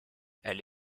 elle